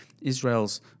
Israel's